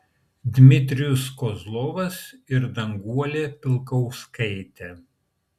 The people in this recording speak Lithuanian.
dmitrijus kozlovas ir danguolė pilkauskaitė